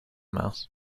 mouse